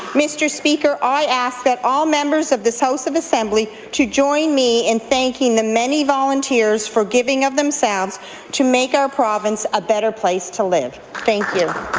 mr. speaker, i ask that all members of this house of assembly to join me in thanking the many volunteers for giving up themselves to make our province a better place to live. thank you.